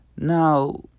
Now